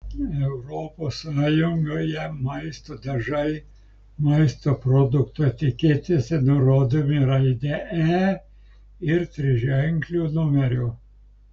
europos sąjungoje maisto dažai maisto produktų etiketėse nurodomi raide e ir triženkliu numeriu